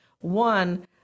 One